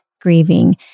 grieving